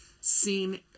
seen